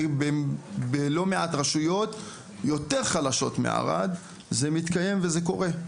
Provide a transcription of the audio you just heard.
ובלא מעט רשויות יותר חלשות מערד זה מתקיים וזה קורה,